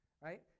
right